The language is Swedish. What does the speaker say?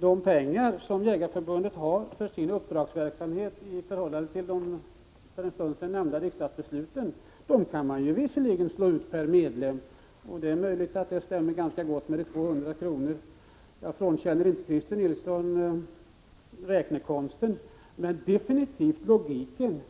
De pengar som Jägareförbundet får för sin uppdragsverksamhet i enlighet med de för en stund sedan nämnda riksdagsbesluten kan man visserligen slå ut per medlem, och det är möjligt att det stämmer ganska gott att det blir 200 kr. Jag frånkänner inte Christer Nilsson räknekonsten men definitivt logiken.